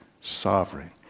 sovereign